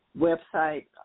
website